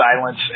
silence